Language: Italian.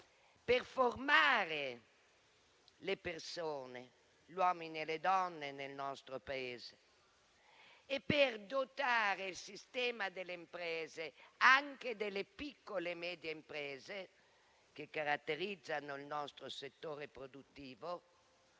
per formare le persone, gli uomini e le donne del nostro Paese, e per dotare il sistema delle imprese, anche delle piccole e medie imprese che caratterizzano il nostro settore produttivo,